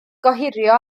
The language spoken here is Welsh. gohirio